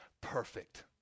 perfect